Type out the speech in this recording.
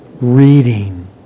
reading